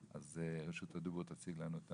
אז רשות הדיבור, תציג לנו את